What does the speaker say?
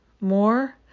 more